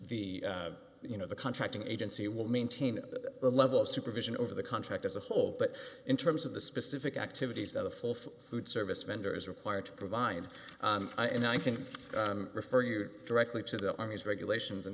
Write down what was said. the you know the contracting agency will maintain a level of supervision over the contract as a whole but in terms of the specific activities that a full food service vendor is required to provide and i think refer you directly to the army's regulations and